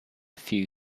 few